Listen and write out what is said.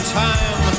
time